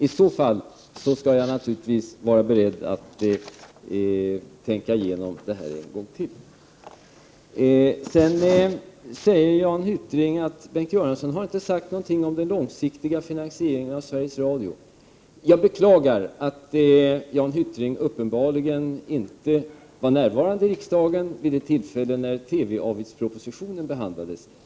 I så fall är jag naturligtvis beredd att tänka igenom detta en gång till. Jan Hyttring påstod att jag inte hade sagt någonting om den långsiktiga finansieringen av Sveriges Radio. Jag beklagar att Jan Hyttring uppenbarligen inte var närvarande i riksdagen vid det tillfälle då TV-avgiftspropositionen behandlades.